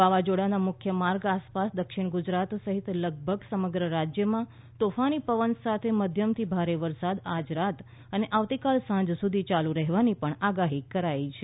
વાવાઝોડાના મુખ્ય માર્ગ આસપાસ દક્ષિણ ગુજરાત સહિત લગભગ સમગ્ર રાજ્યમાં તોફાની પવન સાથે મધ્યમથી ભારે વરસાદ આજ રાત અને આવતીકાલ સાંજ સુધી ચાલુ રહેવાની પણ આગાહી કરાઇ છે